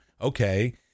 Okay